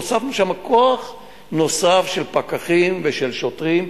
והוספנו שם כוח נוסף של פקחים ושל שוטרים,